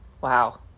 Wow